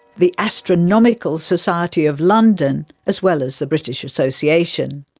the astronomical society of london, as well as the british association.